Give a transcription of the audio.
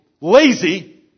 lazy